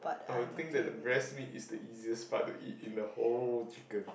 I will think that the breast meat is the easiest part to eat in the whole chicken